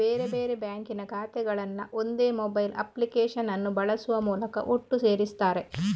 ಬೇರೆ ಬೇರೆ ಬ್ಯಾಂಕಿನ ಖಾತೆಗಳನ್ನ ಒಂದೇ ಮೊಬೈಲ್ ಅಪ್ಲಿಕೇಶನ್ ಅನ್ನು ಬಳಸುವ ಮೂಲಕ ಒಟ್ಟು ಸೇರಿಸ್ತಾರೆ